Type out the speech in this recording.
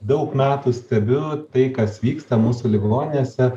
daug metų stebiu tai kas vyksta mūsų ligoninėse